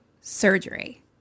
surgery